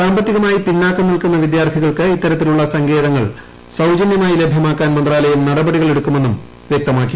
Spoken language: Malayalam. സാമ്പത്തികമായി പിന്നാക്കം നില്ക്കുന്ന വിദ്യാർത്ഥികൾക്ക് ഇത്തരത്തിലുള്ള സങ്കേതങ്ങൾ സൌജന്യമായി ലഭ്യമാക്കാൻ മന്ത്രാലയം നടപടികൾ എടുക്കുമെന്നും വ്യക്തമാക്കി